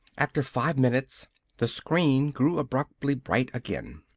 after five minutes the screen grew abruptly bright again.